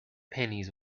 pennies